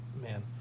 Man